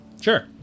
Sure